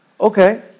Okay